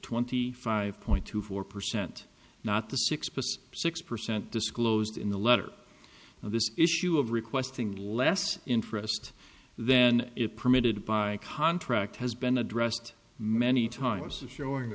twenty five point two four percent not the six percent six percent disclosed in the letter of this issue of requesting less interest then it permitted by contract has been addressed many times to showing